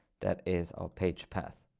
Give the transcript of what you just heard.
that is our page path.